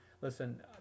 listen